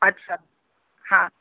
अछा हा